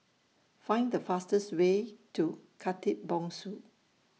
Find The fastest Way to Khatib Bongsu